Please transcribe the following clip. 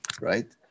right